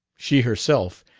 she herself,